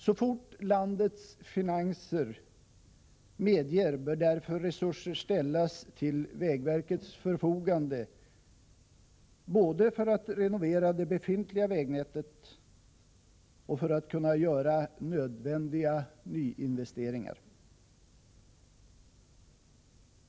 Så snart landets finanser medger bör därför resurser ställas till vägverkets förfogande både för att man skall kunna renovera det befintliga vägnätet och för att man skall kunna göra nödvändiga nyinvesteringar.